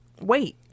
wait